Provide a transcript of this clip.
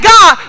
God